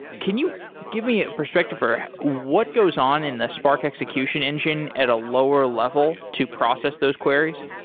can you give me a perspective for what goes on in the spark execution engine at a lower level to process those queries?